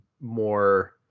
more